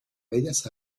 bellas